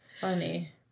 funny